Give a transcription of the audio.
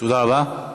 תודה רבה.